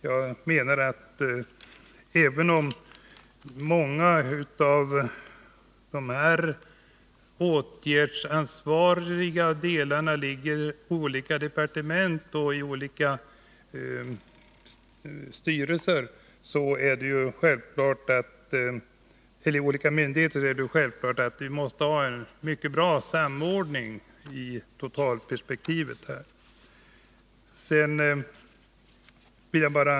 Jag menar att även om åtgärdsansvaret ligger hos olika departement och olika myndigheter är det självklart att vi måste ha en mycket bra samordning i totalperspektivet.